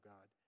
God